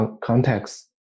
context